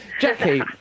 Jackie